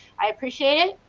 i appreciate it.